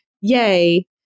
Yay